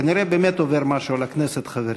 כנראה באמת עובר משהו על הכנסת, חברים,